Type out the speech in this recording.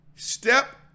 Step